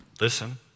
listen